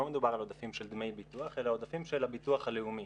לא מדובר על עודפים של דמי ביטוח אלא עודפים של הביטוח הלאומי,